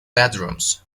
bedrooms